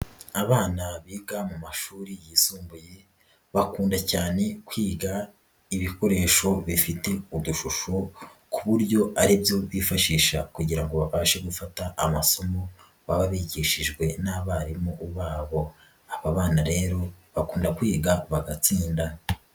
Abana biga mu mashuri yisumbuye bakunda cyane kwiga ibikoresho bifite udushusho ku buryo ari byo bifashisha kugira ngo babashe gufata amasomo baba bigishijwe n'abarimu babo, aba bana rero bakunda kwiga bagatinda.